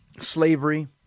slavery